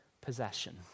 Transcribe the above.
possession